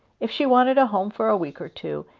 if she wanted a home for a week or two,